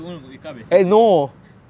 some more no school that time leh